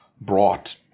brought